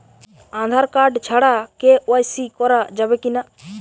Aadhaar card ছাড়া KYC করা যাবে কি না?